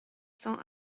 cents